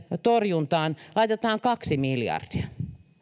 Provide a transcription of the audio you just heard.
torjuntaan laitetaan kaksi miljardia